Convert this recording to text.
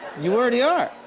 yeah already are.